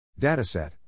Dataset